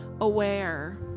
aware